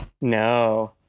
No